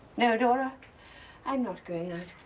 no dora i'm not going out.